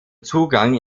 zugang